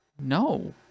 No